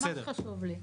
הוא ממש חשוב לי.